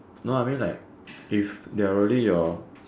no I mean like if they are really your